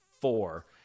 four